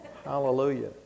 Hallelujah